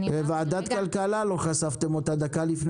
בוועדת כלכלה לא חשפתם אותה דקה לפני.